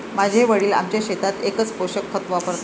माझे वडील आमच्या शेतात एकच पोषक खत वापरतात